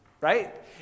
right